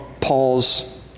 Paul's